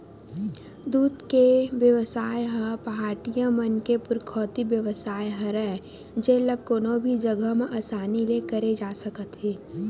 दूद के बेवसाय ह पहाटिया मन के पुरखौती बेवसाय हरय जेन ल कोनो भी जघा म असानी ले करे जा सकत हे